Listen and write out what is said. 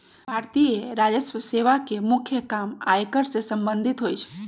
भारतीय राजस्व सेवा के मुख्य काम आयकर से संबंधित होइ छइ